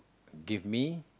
give me